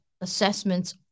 assessments